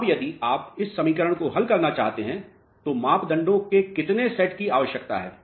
अब यदि आप इस समीकरण को हल करना चाहते हैं तो मापदंडों के कितने सेट की आवश्यकता है